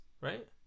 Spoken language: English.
right